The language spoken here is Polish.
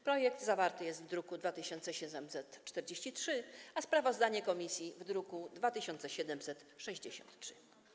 Projekt zawarty jest w druku nr 2743, a sprawozdanie komisji - w druku nr 2763.